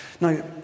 Now